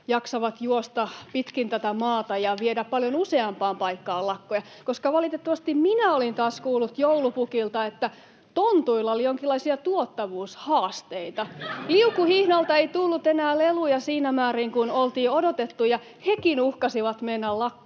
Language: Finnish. jaksavat juosta pitkin tätä maata ja viedä paljon useampaan paikkaan lakkoja. Valitettavasti minä olin taas kuullut joulupukilta, että tontuilla oli jonkinlaisia tuottavuushaasteita. Liukuhihnalta ei tullut enää leluja siinä määrin kuin oltiin odotettu, ja hekin uhkasivat mennä lakkoon.